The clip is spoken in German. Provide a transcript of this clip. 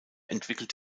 entwickelt